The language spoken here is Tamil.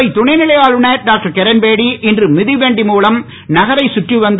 புதுவை துணைநிலை ஆளுநர் டாக்டர் கிரண்பேடி இன்று மிதவண்டி மூலம் நகரை சுற்றி வந்து